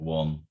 one